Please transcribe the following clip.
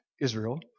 Israel